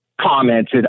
commented